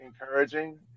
encouraging